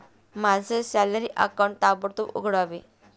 माझं salary account ताबडतोब उघडावे